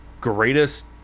greatest